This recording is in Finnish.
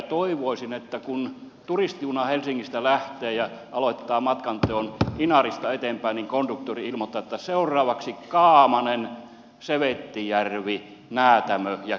toivoisin että kun turistijuna helsingistä lähtee ja aloittaa matkanteon inarista eteenpäin niin konduktööri ilmoittaa että seuraavaksi kaamanen sevettijärvi näätämö ja kirkkoniemi